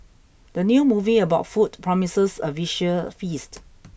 the new movie about food promises a visual feast